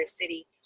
city